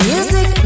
Music